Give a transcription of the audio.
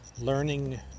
learning